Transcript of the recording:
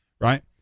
right